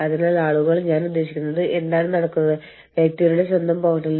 അതിനാൽ ഇക്കാര്യം അറിഞ്ഞയുടനെ ഐകിയ തിരുത്തൽ നടപടി സ്വീകരിച്ചു